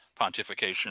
pontification